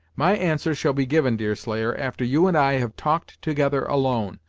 my answer shall be given, deerslayer, after you and i have talked together alone,